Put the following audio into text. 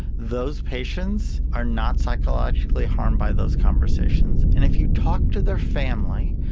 those patients are not psychologically harmed by those conversations. and if you talk to their family,